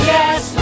Yes